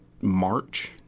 March